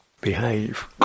behave